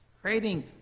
creating